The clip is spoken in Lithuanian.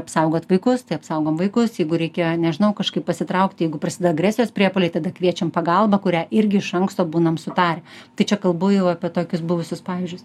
apsaugot vaikus tai apsaugom vaikus jeigu reikia nežinau kažkaip pasitraukti jeigu prasideda agresijos priepuoliai tada kviečiam pagalbą kurią irgi iš anksto būnam sutarę tai čia kalbu jau apie tokius buvusius pavyzdžius